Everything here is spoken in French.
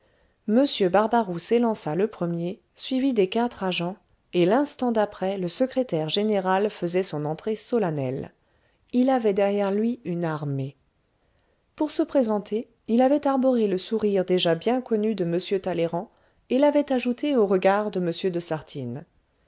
m barbaroux s'élança le premier suivi des quatre agents et l'instant d'après le secrétaire général faisait son entrée solennelle il avait derrière lui une armée pour se présenter il avait arboré le sourire déjà bien connu de m talleyrand et l'avait ajouté au regard de m de sartines